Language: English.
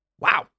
Wow